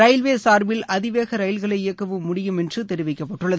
railway சார்பில் அதிவேக ரயில்களை இயக்கவும் முடியும் என்று தெரிவிக்கப்பட்டுள்ளது